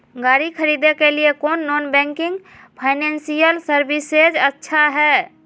गाड़ी खरीदे के लिए कौन नॉन बैंकिंग फाइनेंशियल सर्विसेज अच्छा है?